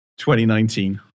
2019